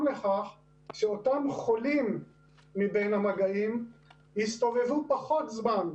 לכך שאותם חולים מבין המגעים יסתובבו פחות זמן בשטח,